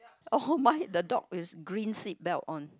oh mine the dog is green seatbelt on